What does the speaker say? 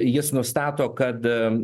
jis nustato kad am